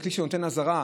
ככלי שנותן אזהרה.